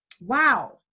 wow